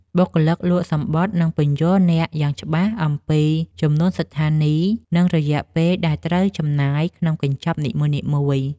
បុគ្គលិកលក់សំបុត្រនឹងពន្យល់អ្នកយ៉ាងច្បាស់អំពីចំនួនស្ថានីយ និងរយៈពេលដែលត្រូវចំណាយក្នុងកញ្ចប់នីមួយៗ។